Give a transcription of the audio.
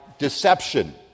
Deception